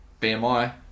BMI